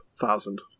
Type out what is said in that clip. thousand